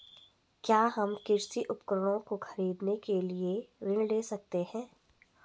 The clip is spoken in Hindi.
क्या हम कृषि उपकरणों को खरीदने के लिए ऋण ले सकते हैं?